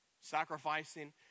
sacrificing